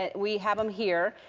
and we have them here.